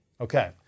Okay